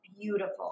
beautiful